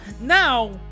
Now